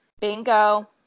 Bingo